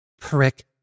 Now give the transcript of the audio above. Prick